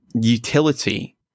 utility